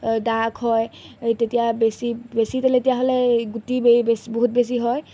দাগ হয় তেতিয়া বেছি বেছি তেলেতীয়া হ'লে গুটি বে বে বেছি বহুত বেছি হয়